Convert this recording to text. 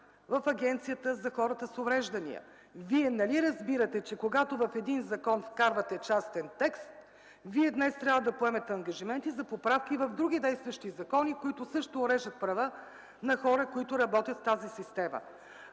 в Агенцията за хората с увреждания. Вие нали разбирате, че когато в един закон вкарвате частен текст, днес трябва да поемете ангажименти за поправки в други действащи закони, които също уреждат права на хора, работещи в тази система?